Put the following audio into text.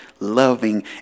loving